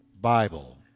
Bible